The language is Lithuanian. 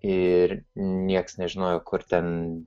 ir nieks nežinojo kur ten